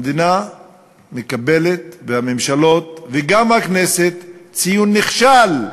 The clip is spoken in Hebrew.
המדינה מקבלת, והממשלות, וגם הכנסת, ציון "נכשל".